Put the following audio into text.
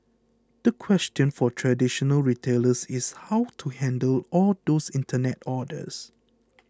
the question for traditional retailers is how to handle all those internet orders